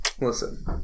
Listen